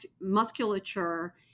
musculature